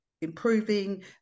improving